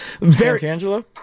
Sant'Angelo